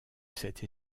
cette